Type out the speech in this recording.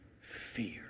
fear